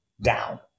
down